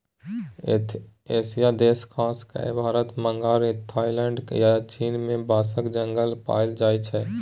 एशियाई देश खास कए भारत, म्यांमार, थाइलैंड आ चीन मे बाँसक जंगल पाएल जाइ छै